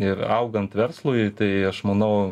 ir augant verslui tai aš manau